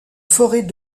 forêt